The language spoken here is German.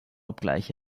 obgleich